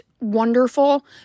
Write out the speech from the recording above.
wonderful